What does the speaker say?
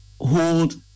hold